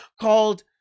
called